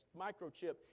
microchip